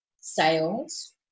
sales